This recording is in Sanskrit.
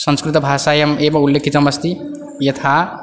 संस्कृतभाषायाम् एव उल्लिखितमस्ति यथा